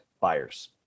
buyers